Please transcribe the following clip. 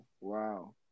Wow